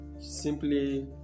Simply